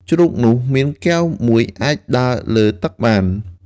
ជ្រូកនោះមានកែវមួយអាចដើរលើទឹកបាន។